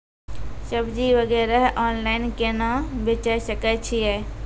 सब्जी वगैरह ऑनलाइन केना बेचे सकय छियै?